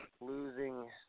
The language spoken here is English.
losing